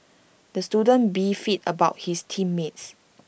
the student beefed about his team mates